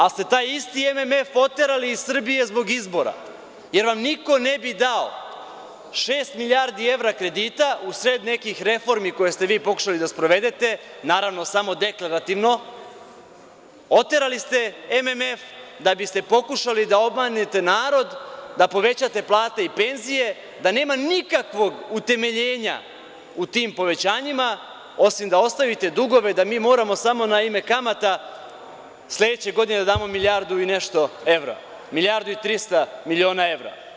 Ali, ste taj se isti MMF oterali iz Srbije zbog izbora, jer vam niko ne bi dao šest milijardi evra kredita u sred nekih reformi koje ste vi pokušali da sprovedete, naravno, samo deklarativno, oterali ste MMF da biste pokušali da obmanite narod, da povećate plate i penzije, da nema nikakvog utemeljenja u tim povećanjima, osim da ostavite dugove da mi moramo samo na ime kamata sledeće godine da damo milijardu i nešto evra, milijardu i 300 miliona evra.